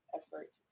effort